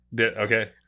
Okay